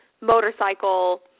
motorcycle